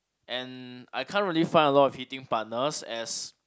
and I can't really find a lot of hitting partners as